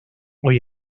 hoy